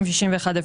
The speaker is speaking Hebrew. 206101,